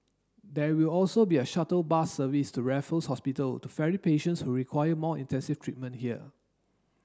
there will also be a shuttle bus service to Raffles Hospital to ferry patients who require more intensive treatment there